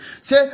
Say